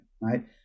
right